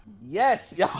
yes